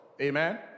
Amen